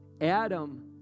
Adam